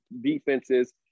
defenses